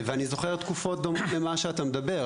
ואני זוכר תקופות דומות למה שאתה מדבר.